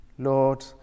Lord